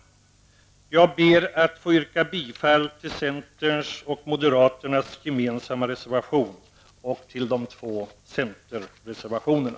Jag ber att få yrka bifall till centerns och moderaternas gemensamma reservation samt till de två centerreservationerna.